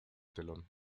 telón